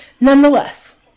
Nonetheless